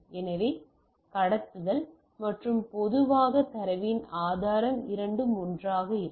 எனவே கடத்துதல் மற்றும் பொதுவாக தரவின் ஆதாரம் இரண்டும் ஒன்றாக இருக்கும்